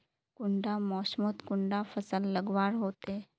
कुंडा मोसमोत कुंडा फसल लगवार होते?